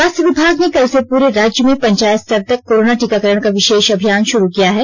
स्वास्थ्य विभाग ने कल से पूरे राज्य में पंचायत स्तर तक करोना टीकाकरण का विशेष अभियान शुरू किया है